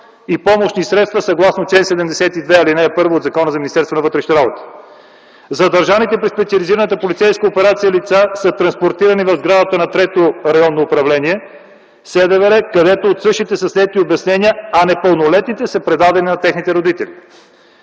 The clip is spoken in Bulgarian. и помощни средства съгласно чл. 72, ал. 1 от Закона за Министерството на вътрешните работи. Задържаните при специализираната полицейска операция лица са транспортирани в сградата на Трето районно управление на СДВР, където от същите са снети обяснения, а непълнолетните са предадени на техните родители.